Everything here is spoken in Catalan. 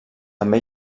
també